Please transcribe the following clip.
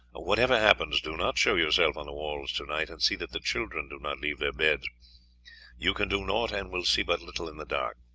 whatever happens, do not show yourself on the walls to-night, and see that the children do not leave their beds you can do naught, and will see but little in the dark.